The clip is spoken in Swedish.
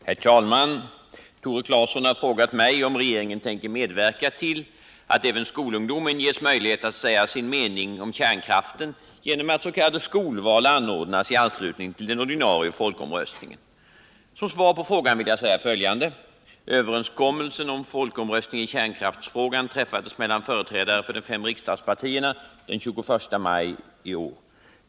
Herr talman! Tore Claeson har frågat mig om regeringen tänker medverka till att även skolungdomen ges möjlighet att säga sin mening om kärnkraften genom att s.k. skolval anordnas i anslutning till den ordinarie folkomröstningen. Som svar på frågan vill jag säga följande. Överenskommelsen om folkomröstningen i kärnkraftsfrågan träffades mellan företrädare för de fem riksdagspartierna den 21 maj i år.